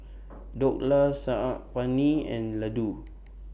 Dhokla Saag Paneer and Ladoo